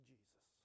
Jesus